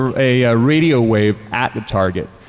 ah a radio wave at the target.